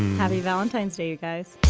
happy valentine's day, you guys